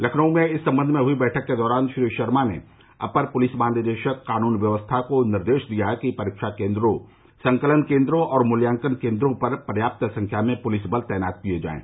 लखनऊ में इस सम्बन्ध में हुई बैठक के दौरान श्री शर्मा ने अपर पुलिस महानिदेशक क़ानून व्यवस्था को निर्देश दिया कि परीक्षा केन्द्रों संकलन केन्द्रों और मूल्यांकन केन्द्रों पर पर्याप्त संख्या में पुलिस बल तैनात किये जाये